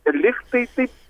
ir lygtai taip